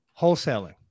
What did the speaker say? wholesaling